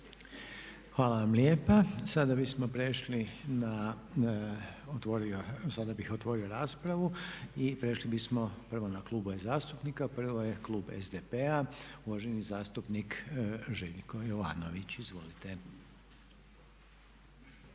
Hvala vam lijepa. Sada bih otvorio raspravu. Prešli bismo prvo na klubove zastupnika. Prvo je klub SDP-a, uvaženi zastupnik Željko Jovanović. Izvolite.